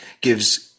gives